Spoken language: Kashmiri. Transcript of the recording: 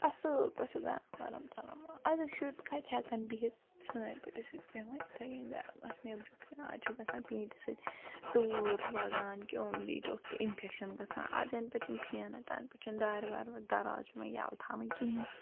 اصل پٲٹھۍ چھُ گَرم وَرم ژَلان أزِکۍ شُرۍ کَتہِ ہٮ۪کَن بِہتھ سٲنۍ پٲٹھۍ أسۍ ٲسۍ بیٚہوان اِتھٲے کٔنۍ گَرمس نیبٕرکَنہِ آز چھِ گَژھان پینتہِ سۭتۍ تۭر لَگان کیٛوم تہٕ اِنفٮ۪کشن گَژھان آز یَنہٕ پٮ۪ٹھ یِم فیَن آیہِ تَنہٕ پٮ۪ٹھٕ تَنہٕ پٮ۪ٹھٕ چھِنہٕ دارِ وارِ دروازٕ پیوان یَلہٕ تھاوٕنۍ کِہیٖنۍ